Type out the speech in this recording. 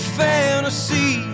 fantasy